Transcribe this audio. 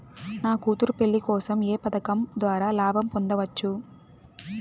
నా కూతురు పెళ్లి కోసం ఏ పథకం ద్వారా లాభం పొందవచ్చు?